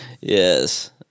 yes